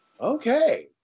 okay